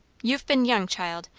you've been young, child.